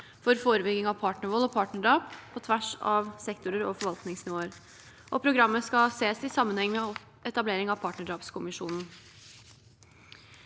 for forebygging av partnervold og partnerdrap på tvers av sektorer og forvaltningsnivåer. Programmet skal sees i sammenheng med etablering av partnerdrapskommisjonen.